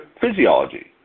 physiology